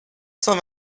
cent